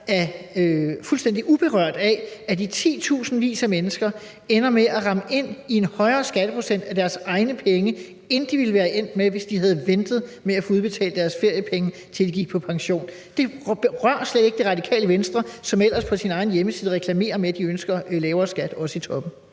er fuldstændig uberørt af, at i titusindvis af mennesker ender med at ramme ind i en højere skatteprocent af deres egne penge, end de ville være endt med, hvis de havde ventet med at få udbetalt deres feriepenge, til de gik på pension. Det rører slet ikke Radikale Venstre, som ellers på sin egen hjemmeside reklamerer med, at de ønsker lavere skat, også i toppen.